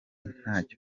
ntacyo